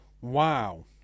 wow